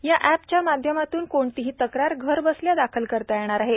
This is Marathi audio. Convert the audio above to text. या अॅपच्या माध्यमातून कोणतिही तक्रार घरबसल्या दाखल करता येणार आहे